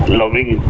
loving